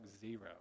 Zero